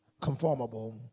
conformable